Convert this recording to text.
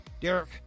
Derek